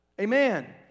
Amen